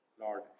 lord